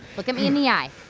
look at me in the eye.